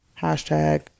hashtag